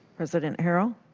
president harrell.